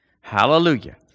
Hallelujah